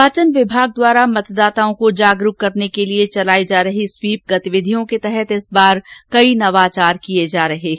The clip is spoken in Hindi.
निर्वाचन विभाग द्वारा मतदाताओं को जागरूक करने के लिये चलाई जा रही स्वीप गतिविधियों के तहत इस बार कई नवाचार किय जा रहे है